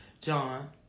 John